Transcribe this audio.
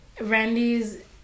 Randy's